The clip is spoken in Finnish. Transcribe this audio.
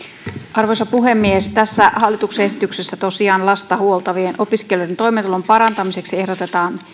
arvoisa puhemies tässä hallituksen esityksessä tosiaan lasta huoltavien opiskelijoiden toimeentulon parantamiseksi ehdotetaan